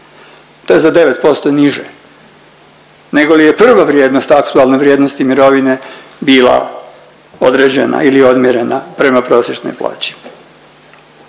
To je za 9% niže negoli je prva vrijednost aktualne vrijednosti mirovine bila određena ili odmjerena prema prosječnoj plaći.